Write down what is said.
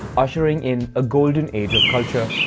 ushering in a golden age of culture.